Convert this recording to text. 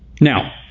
Now